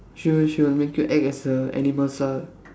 sure sure make you act as a animal ah